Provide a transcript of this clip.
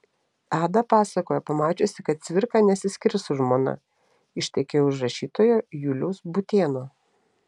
ada pasakojo pamačiusi kad cvirka nesiskirs su žmona ištekėjo už rašytojo juliaus būtėno